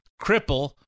cripple